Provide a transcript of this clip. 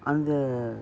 அந்த